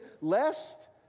lest